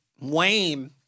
Wayne